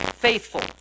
Faithful